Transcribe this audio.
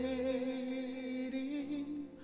waiting